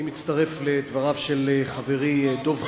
אני מצטרף לדבריו של חברי דב חנין,